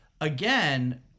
again